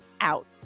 out